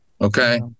okay